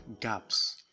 gaps